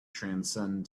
transcend